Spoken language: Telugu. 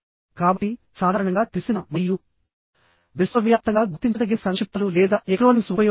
కాబట్టి సాధారణంగా తెలిసిన మరియు విశ్వవ్యాప్తంగా గుర్తించదగిన సంక్షిప్తాలు లేదా ఎక్రోనింస్ ఉపయోగించండి